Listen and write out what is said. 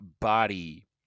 body